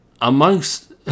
amongst